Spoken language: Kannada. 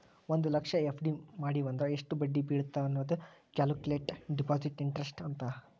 ಒಂದ್ ಲಕ್ಷ ಎಫ್.ಡಿ ಮಡಿವಂದ್ರ ಎಷ್ಟ್ ಬಡ್ಡಿ ಬೇಳತ್ತ ಅನ್ನೋದ ಕ್ಯಾಲ್ಕುಲೆಟ್ ಡೆಪಾಸಿಟ್ ಇಂಟರೆಸ್ಟ್ ಅಂತ